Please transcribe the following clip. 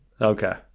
Okay